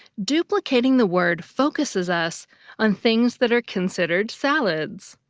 duplicating the word focuses us on things that are considered salads.